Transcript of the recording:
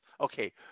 Okay